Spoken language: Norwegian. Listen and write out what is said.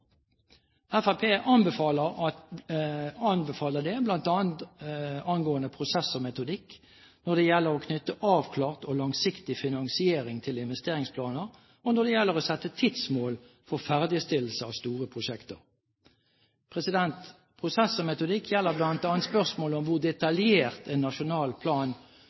Fremskrittspartiet anbefaler det! Fremskrittspartiet anbefaler det bl.a. angående prosess og metodikk, når det gjelder å knytte avklart og langsiktig finansiering til investeringsplaner, og når det gjelder å sette tidsmål for ferdigstillelse av store prosjekter. Prosess og metodikk gjelder bl.a. spørsmålet om hvor detaljert en nasjonal plan